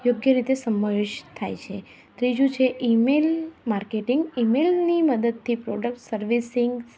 યોગ્ય રીતે સમાવેશ થાય છે ત્રીજું છે ઈમેલ માર્કેટિંગ ઈમેલની મદદથી પ્રોડક્ટ સર્વિસીનગ